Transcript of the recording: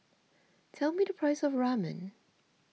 tell me the price of Ramen